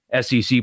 sec